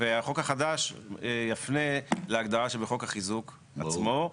והחוק החדש יפנה להגדרה שבחוק החיזוק עצמו,